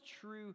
true